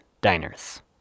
Diners